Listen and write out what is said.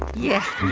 yeah,